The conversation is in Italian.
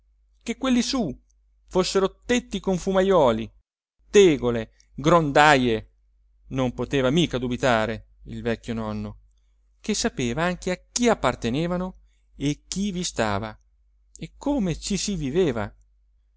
che quelli su fossero tetti con fumajuoli tegole grondaje non poteva mica dubitare il vecchio nonno che sapeva anche a chi appartenevano e chi vi stava e come ci si viveva